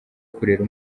kurera